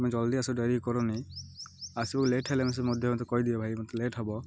ତମେ ଜଲ୍ଦି ଆସ ଡେରି କରନି ଆସିବାକୁ ଲେଟ୍ ହେଲେ ମଧ୍ୟ ମତେ କହିଦିଅ ଭାଇ ମତେ ଲେଟ୍ ହବ